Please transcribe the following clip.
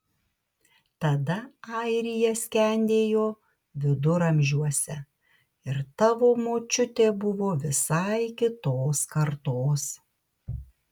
tada airija skendėjo viduramžiuose ir tavo močiutė buvo visai kitos kartos